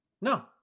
No